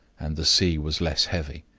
and the sea was less heavy.